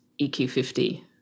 EQ50